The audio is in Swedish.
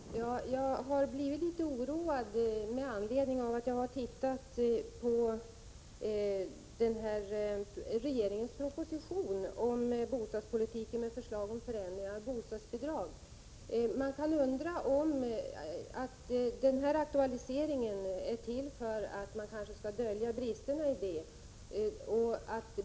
Herr talman! Jag har blivit litet oroad efter att ha läst regeringens proposition om bostadspolitiken med förslag om förändring av bostadsbidragen. Man kan undra om aktualisering av förändringar är till för att dölja bristerna.